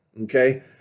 okay